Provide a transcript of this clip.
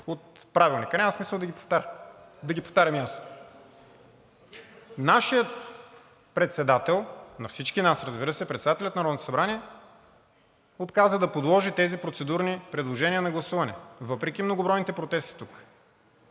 от Правилника – няма смисъл да ги повтарям и аз, нашият председател – на всички нас, разбира се, председателят на Народното събрание отказа да подложи тези процедурни предложения на гласуване, въпреки многобройните протести тук.